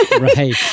Right